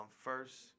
first